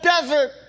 desert